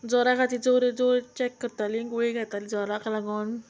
जोरा खातीर जोर जोर चॅक करतालीं गुळी घेतालीं जोराक लागोन